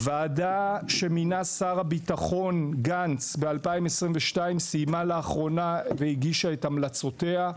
ועדה שמינה שר הביטחון גנץ ב-2022 סיימה לאחרונה והגישה את המלצותיה.